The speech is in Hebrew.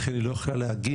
לכן היא לא יכלה להגיע,